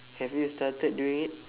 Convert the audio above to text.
have you started doing it